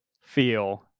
feel